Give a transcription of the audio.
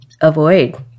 avoid